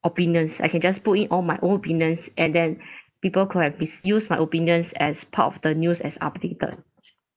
opinions I can just put in all my own opinions and then people could have misused my opinions as part of the news as updated